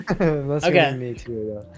okay